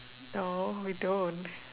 no we don't